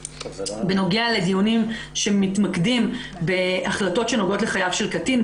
בנוגע לדיונים שמתמקדים בהחלטות שנוגעות לחייו של קטין,